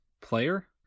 player